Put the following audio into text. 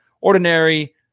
ordinary